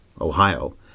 Ohio